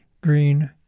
green